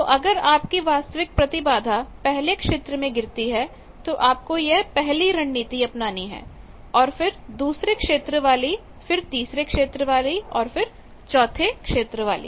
तो अगर आप की वास्तविक प्रतिबाधा पहले क्षेत्र में गिरती है तो आपको यह पहली रणनीति अपनानी है और फिर दूसरे क्षेत्र वाली फिर तीसरे क्षेत्र वाले और फिर चौथे वाली